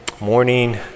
morning